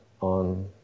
on